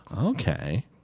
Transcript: Okay